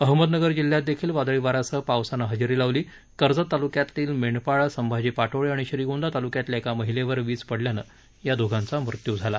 अहमदनगर जिल्ह्यात देखील वादळीवा यासह पावूसानं हजेरी लावली कर्जत तालुक्यातील मेंढपाळ संभाजी पाटोळे आणि श्रीगोंदा तालुक्यातल्या एका महिलेवर वीज पडल्यानं या दोघांचा मृत्यू झाला